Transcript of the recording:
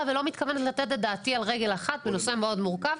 ולא מתכוונת לתת את דעתי על רגל אחת בנושא מאוד מורכב,